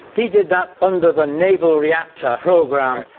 he did that under the naval reactor program.